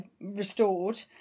restored